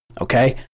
okay